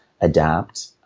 adapt